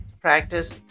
practice